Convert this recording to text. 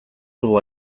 dugu